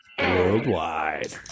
Worldwide